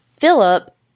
philip